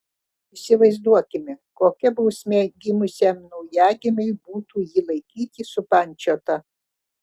įsivaizduokime kokia bausmė gimusiam naujagimiui būtų jį laikyti supančiotą